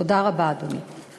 תודה רבה, אדוני.